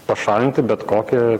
pašalinti bet kokį